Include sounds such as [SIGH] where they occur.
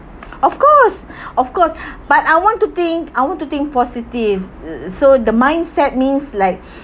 of course [BREATH] of course [BREATH] but I want to think I want to think positive ugh so the mindset means like [BREATH]